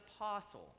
apostle